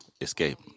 escape